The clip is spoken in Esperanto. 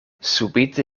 subite